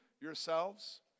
yourselves